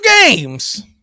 games